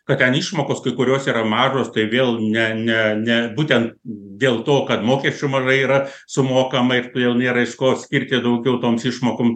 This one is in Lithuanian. kad ten išmokos kai kurios yra mažos tai vėl ne ne ne būtent dėl to kad mokesčių mažai yra sumokama ir todėl nėra iš ko skirti daugiau toms išmokom